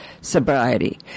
sobriety